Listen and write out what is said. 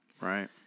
Right